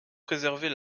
préserver